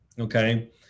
okay